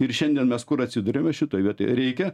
ir šiandien mes kur atsiduriame šitoj vietoj reikia